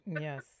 yes